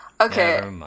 Okay